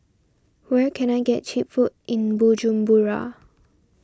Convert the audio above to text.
where can I get Cheap Food in Bujumbura